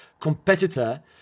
competitor